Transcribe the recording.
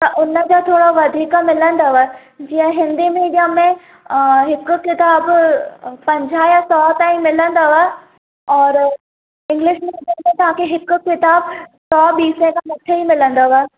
हुन जा थोरा वधीक मिलंदव जीअं हिंदी मीडियम में हिक किताब पंजा या सौ ताईं मिलंदव और इंग्लिश मीडियम में तव्हांखे हिक किताब सौ ॿीं सै खां मथे ई मिलंदव